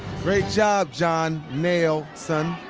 great job, john. nail-son.